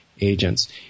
agents